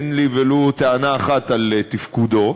אין לי ולו טענה אחת על תפקודו,